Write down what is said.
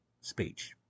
speech